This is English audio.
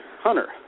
hunter